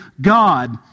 God